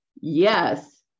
yes